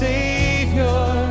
Savior